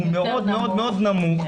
הוא מאוד מאוד נמוך,